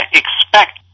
expect